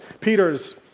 Peter's